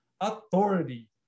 authority